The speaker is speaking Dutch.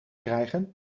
krijgen